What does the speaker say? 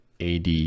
AD